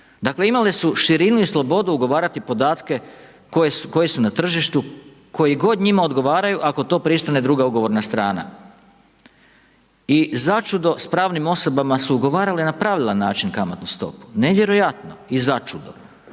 Dakle imale su širinu i slobodu ugovarati podatke koji su na tržištu, koji god njima odgovaraju ako to pristane druga ugovorna strana. I začudo s pravnim osobama su ugovarale na pravilan način kamatnu stopu, nevjerojatno i začudo.